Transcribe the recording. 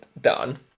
done